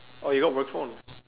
oh you got work phone